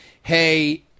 hey